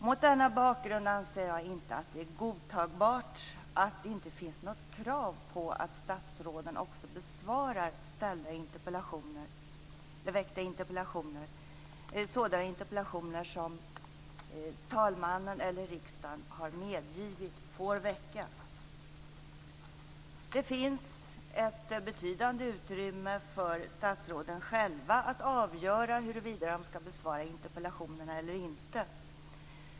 Mot denna bakgrund anser jag att det inte är godtagbart att det inte finns krav på att statsråden också besvarar väckta interpellationer - sådana interpellationer som talmannen eller riksdagen har medgivit får väckas. Det finns ett betydande utrymme för statsråden själva att avgöra huruvida de skall besvara interpellationerna eller inte.